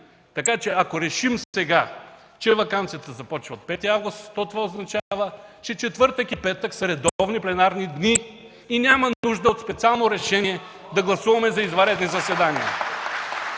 Така че ако решим сега, че ваканцията започва от 5 август, то това означава, че четвъртък и петък са редовни пленарни дни и няма нужда да гласуваме специално решение за извънредни заседания.